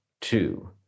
Two